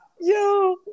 Yo